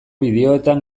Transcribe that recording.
bideoetan